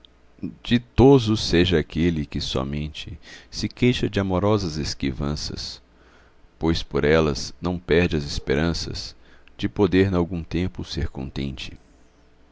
ventura ditoso seja aquele que somente se queixa de amorosas esquivanças pois por elas não perde as esperanças de poder n'algum tempo